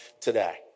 today